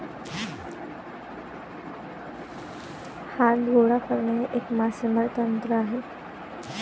हात गोळा करणे हे एक मासेमारी तंत्र आहे